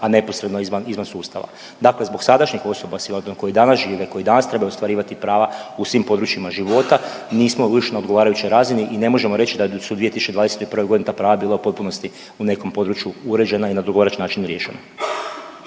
a neposredno izvan sustava. Dakle zbog sadašnjih osoba .../nerazumljivo/... koje danas žive, koji danas trebaju ostvarivati prava u svim područjima života, nismo još na odgovarajućoj razini i ne možemo reći da su u 2021. g. ta prava bila u potpunosti u nekom području uređena i na odgovarajući način riješena.